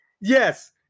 Yes